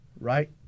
right